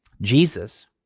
Jesus